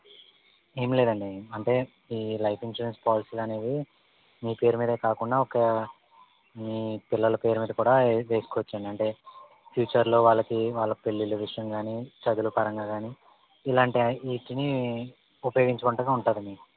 ఏమిలేదండి అంటే ఈ life insurance పాలసీలనేవి మీ పేరుమేదే కాకుండా ఒక మీ పిల్లల పేరు మీద కూడ ఏ ఏసుకోవచ్చు అంటే ఫ్యూచర్ లో వాళ్ళకి వాళ్ళ పెళ్ళిళ్ళ విషయం గాని చదువుల పరంగా గాని ఇలాంటి వీటిని ఉపయోగించుకుంటూ ఉంటారండి